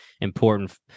important